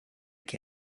qui